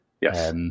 Yes